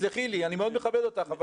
תסלחי לי, אני מאוד מכבד אותך.